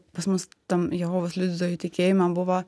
pas mus tam jehovos liudytojų tikėjime buvo